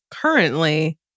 currently